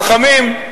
חכמים,